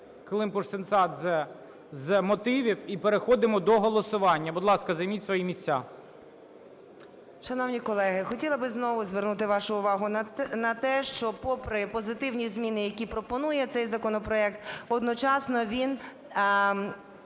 Климпуш-Цинцадзе з мотивів, і переходимо до голосування. Будь ласка, займіть свої місця. 13:18:35 КЛИМПУШ-ЦИНЦАДЗЕ І.О. Шановні колеги, хотіла би знову звернути вашу увагу на те, що, попри позитивні зміни, які пропонує цей законопроект, одночасно він